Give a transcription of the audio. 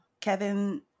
Kevin